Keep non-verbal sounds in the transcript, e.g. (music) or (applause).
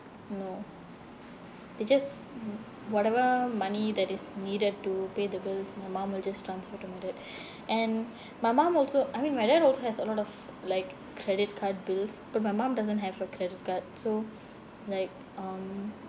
no they just mm whatever money that is needed to pay the bills my mum will just transfer to my dad (breath) and (breath) my mum also I mean my dad also has a lot of like credit card bills but my mum doesn't have a credit card so like um